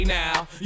now